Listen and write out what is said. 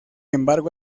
embargo